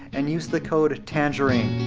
and use the code tangerine.